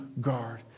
guard